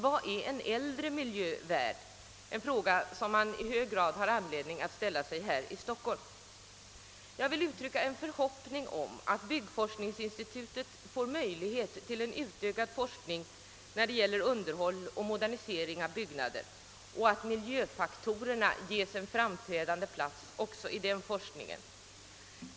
Vad är en äldre miljö värd? Det är en fråga som man har all anledning att ställa sig här i Stockholm. Jag vill uttrycka förhoppningen att byggforskningsinstitutet får möjligheter till en utökad forskning när det gäller underhåll och modernisering av byggnader och att miljöfaktorerna ges en framträdande plats också i den forskningen.